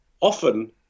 often